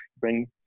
bring